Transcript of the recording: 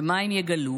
ומה הם יגלו?